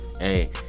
Hey